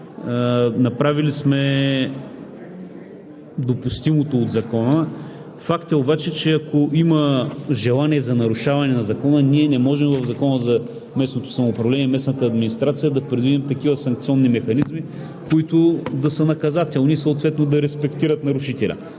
Направили сме допустимото от Закона. Факт е обаче, че ако има желание за нарушаване на Закона, ние не можем в Закона за местното самоуправление и местната администрация да предвидим такива санкционни механизми, които да са наказателни и съответно да респектират нарушителя.